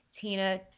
tina